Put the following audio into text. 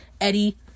Eddie